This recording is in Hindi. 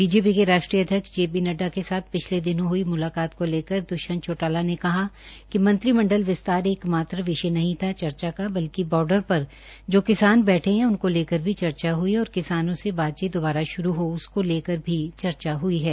बीजेपी के राष्ट्रीय अध्यक्ष जे पी नड्डा के साथ पिछले दिनों हुई मुलाकात को लेकर द्ष्यंत चौटाला ने कहा कि मंत्रिमंडल विस्तार एकमात्र विषय नहीं था चर्चा का बल्कि बार्डर पर जो किसान बैठे है उनकों लेकर भी चर्चा हई और किसानों से बातचीत दोबारा श्रू हो उसको लेकर भी चर्चा हुई है